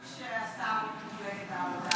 של השר ממפלגת העבודה,